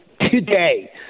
today